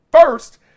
first